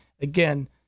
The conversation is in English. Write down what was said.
again